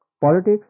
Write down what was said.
politics